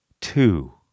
Two